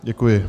Děkuji.